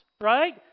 right